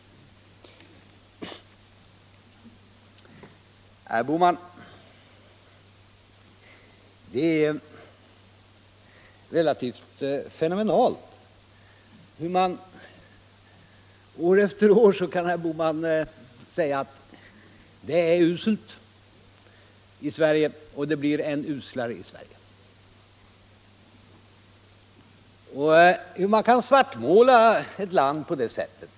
År efter år kan herr Bohman säga att det är uselt i Sverige och att det blir än uslare. Det är relativt fenomenalt att man kan svartmåla ett land på det sättet.